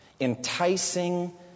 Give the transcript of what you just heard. enticing